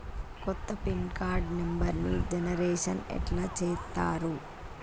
కొత్త pin card నెంబర్ని generation ఎట్లా చేత్తరు?